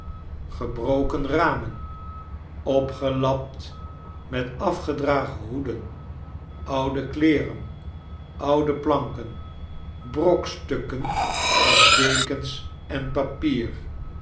gebroken ramen opgelapt met afgedragen hoeden oude kleeren oude planken brokstukken van dekens en papier